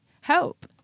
help